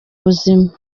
buzima